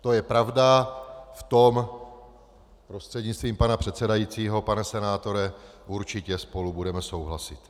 To je pravda, v tom prostřednictvím pana předsedajícího, pane senátore, určitě spolu budeme souhlasit.